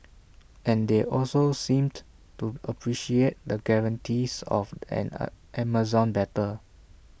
and they also seemed to appreciate the guarantees of an A Amazon better